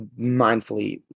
mindfully